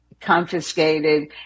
confiscated